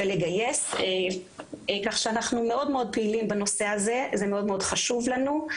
לגייס כך שאנחנו מאוד מאוד פעילים בנושא הזה וזה מאוד מאוד חשוב לנו.